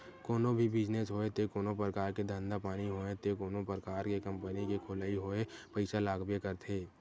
कोनो भी बिजनेस होय ते कोनो परकार के धंधा पानी होय ते कोनो परकार के कंपनी के खोलई होय पइसा लागबे करथे